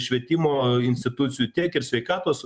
švietimo institucijų tiek ir sveikatos